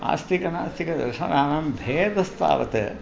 आस्तिकनास्तिकदर्शनानां भेदस्तावत्